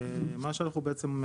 מה שאנחנו מתקנים פה,